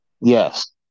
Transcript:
Yes